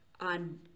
on